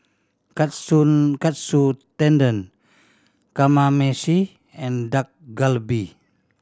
Katsu Katsu Tendon Kamameshi and Dak Galbi